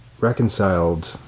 reconciled